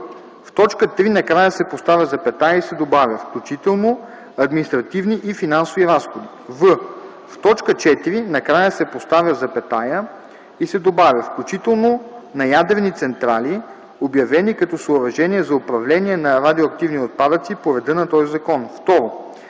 в т. 3 накрая се поставя запетая и се добавя „включително административни и финансови разходи”; в) в т. 4 накрая се поставя запетая и се добавя „включително на ядрени централи, обявени като съоръжения за управление на радиоактивни отпадъци по реда на този закон”.